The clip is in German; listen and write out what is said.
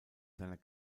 seiner